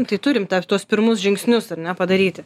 tai turim dar tuos pirmus žingsnius ar ne padaryti